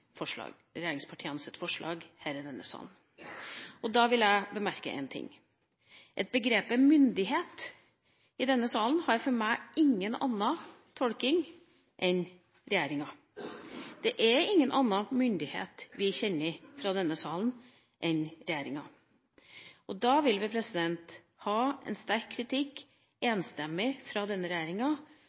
forslag her i denne salen. Da vil jeg bemerke én ting: Begrepet «myndighet» i denne salen har for meg ingen annen tolkning enn «regjeringa». Det er ingen annen myndighet vi kjenner fra denne salen, enn regjeringa. Og da vil vi ha en sterk kritikk – enstemmig – fra denne regjeringa